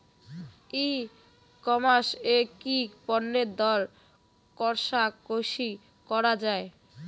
ই commerce এ কি পণ্যের দর কশাকশি করা য়ায়?